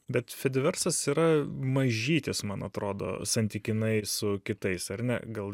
bet fediversas yra mažytis man atrodo santykinai su kitais ar ne gal